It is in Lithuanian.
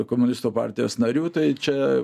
komunistų partijos narių tai čia